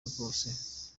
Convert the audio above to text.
rwose